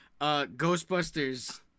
Ghostbusters